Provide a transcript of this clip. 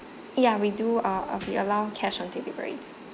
ya we do uh uh we allow cash on deliveries